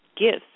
gifts